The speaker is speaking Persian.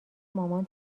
مامان